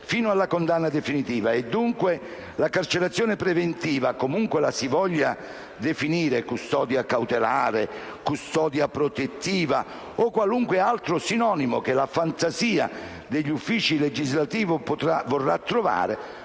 fino alla condanna definitiva. Dunque, la sostanza della carcerazione preventiva - comunque la si voglia definire: custodia cautelare, custodia protettiva o con qualunque altro sinonimo che la fantasia degli uffici legislativi potrà o